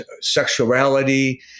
sexuality